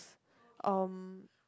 um